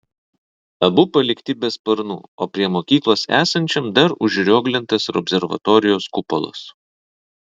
abu palikti be sparnų o prie mokyklos esančiam dar užrioglintas ir observatorijos kupolas